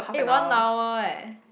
eh one hour eh